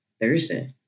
Thursday